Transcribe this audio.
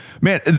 Man